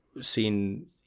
seen